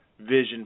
vision